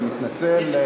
אני מתנצל.